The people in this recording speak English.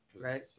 right